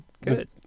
good